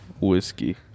whiskey